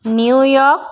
New York